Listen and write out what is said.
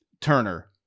Turner